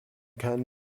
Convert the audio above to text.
can